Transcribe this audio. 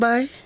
Bye